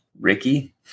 Ricky